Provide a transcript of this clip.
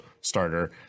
starter